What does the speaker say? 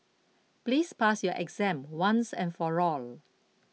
please pass your exam once and for all